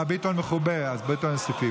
אה, ביטון מכובה, אז את ביטון מוסיפים.